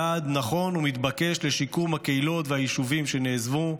יעד נכון ומתבקש לשיקום הקהילות והיישובים שנעזבו,